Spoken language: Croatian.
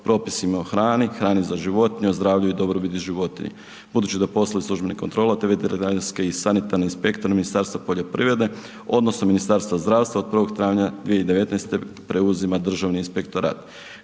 propisima o hrani, hrani za životinje, o zdravlju i dobrobiti životinja. Budući da poslove službenih kontrola te veterinarski i sanitarni inspektor Ministarstva poljoprivrede, odnosno Ministarstva zdravstva, od 1. travnja 2019. preuzima Državni inspektorat.